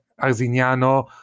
Arsignano